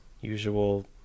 usual